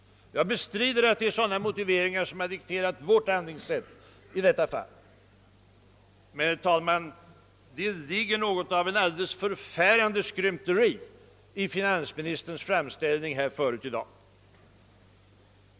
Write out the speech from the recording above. Jag bestrider att dylika motiveringar har dikterat vårt handlingssätt i detta fall. Men, herr talman, det ligger något av ett alldeles förfärande skrymteri i finansministerns framställning i dag.